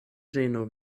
ĝenu